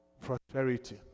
prosperity